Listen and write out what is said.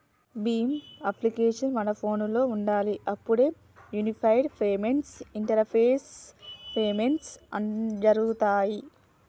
Bhim application మన ఫోనులో ఉండాలి అప్పుడే యూనిఫైడ్ పేమెంట్స్ ఇంటరపేస్ పేమెంట్స్ జరుగుతాయ్